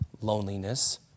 loneliness